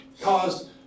caused